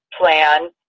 plan